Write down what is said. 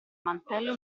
mantello